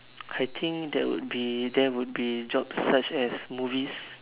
I think there would be there would be jobs such as movies